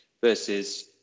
Versus